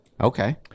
Okay